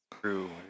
True